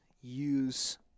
use